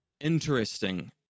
interesting